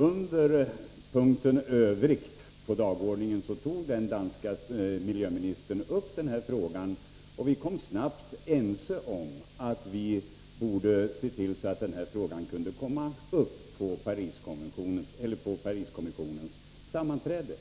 Under punkten ”Övrigt” på dagordningen tog den danska miljöministern upp frågan, och vi blev snabbt ense om att vi borde se till att den här frågan kunde komma upp på Pariskommissionens sammanträde.